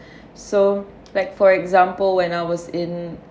so like for example when I was in